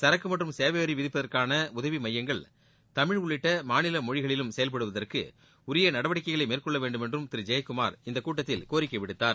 சரக்கு மற்றும் சேவை வரி விதிப்பிற்கான உதவி மையங்கள் தமிழ் உள்ளிட்ட மாநில மொழிகளிலும் செயல்படுவதற்கு உரிய நடவடிக்கைகளை மேற்கொள்ள வேண்டும் என்றும் திரு ஜெயக்குமார் இக்கூட்டத்தில் கோரிக்கை விடுத்தார்